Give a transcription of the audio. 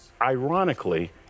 ironically